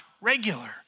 regular